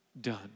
done